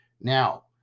Now